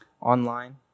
online